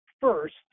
first